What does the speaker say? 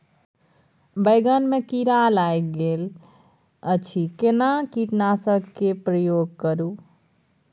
बैंगन में कीरा लाईग गेल अछि केना कीटनासक के प्रयोग करू?